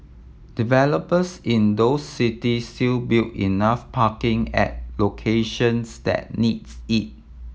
developers in those cities still build enough parking at locations that needs it